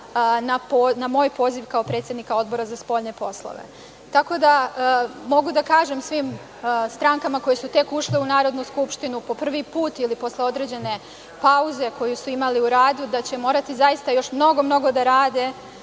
na moj poziv kao predsednika Odbora za spoljne poslove. Tako da mogu da kažem svim strankama koje su tek ušle u Narodnu skupštinu po prvi put ili posle određene pauze koju su imali u radu, da će morati zaista još mnogo da rade